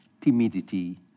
timidity